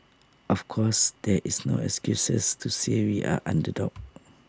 of course there is no excuses to say we are underdogs